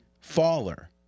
faller